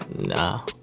Nah